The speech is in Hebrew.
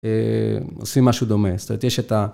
עושים משהו דומה.